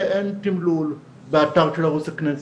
ואין תימלול באתר של ערוץ הכנסת.